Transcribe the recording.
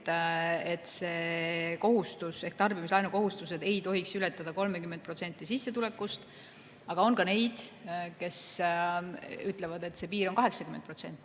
seadnud piiri, et tarbimislaenu kohustused ei tohi ületada 30% sissetulekust. Aga on ka neid, kes ütlevad, et see piir on 80%.